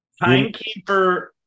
Timekeeper